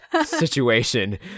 situation